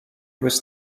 was